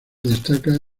destaca